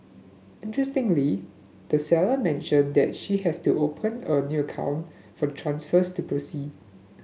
interestingly the seller mentioned that she has to open a new account for transfers to proceed